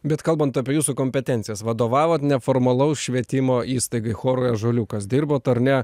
bet kalbant apie jūsų kompetencijas vadovavot neformalaus švietimo įstaigai chorui ąžuoliukas dirbot ar ne